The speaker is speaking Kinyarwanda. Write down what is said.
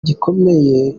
gikomeye